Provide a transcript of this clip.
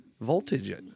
Voltage